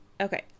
okay